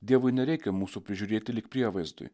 dievui nereikia mūsų prižiūrėti lyg prievaizdui